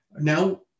Now